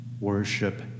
worship